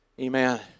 amen